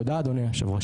תודה, אדוני היושב ראש.